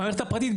במערכת הבריאות,